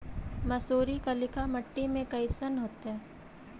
मसुरी कलिका मट्टी में कईसन होतै?